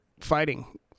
fighting